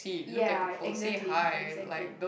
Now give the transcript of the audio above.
ya exactly exactly